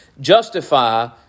justify